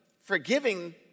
forgiving